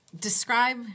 describe